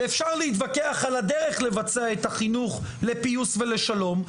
ואפשר להתווכח על הדרך לבצע את החינוך לפיוס ולשלום,